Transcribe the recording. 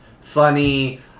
funny